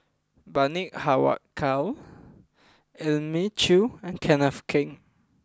Bani Haykal Elim Chew and Kenneth Keng